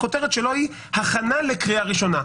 הכותרת שלו היא: הכנה לקריאה ראשונה.